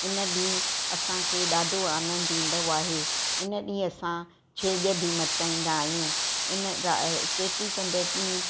इन ॾींहं असांखे ॾाढो आनंद ईंदो आहे इन ॾींहं असां छेॼ बि मचाईंदा आहियूं इन चेटीचंड ॾींहं